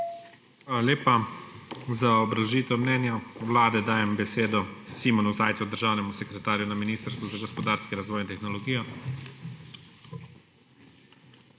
Hvala lepa. Za obrazložitev mnenja Vlade dajem besedo Simonu Zajcu, državnemu sekretarju na Ministrstvu za gospodarski razvoj in tehnologijo.